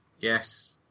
Yes